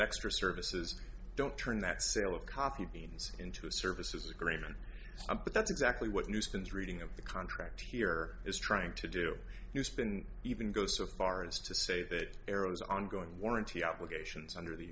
extra services don't turn that sale of coffee beans into a services agreement but that's exactly what nuisance reading of the contract here is trying to do you spin even go so far as to say that arrows ongoing warranty obligations under the